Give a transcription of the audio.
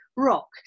rock